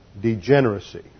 degeneracy